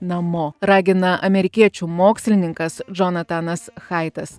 namo ragina amerikiečių mokslininkas džonatanas haitas